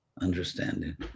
understanding